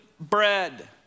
bread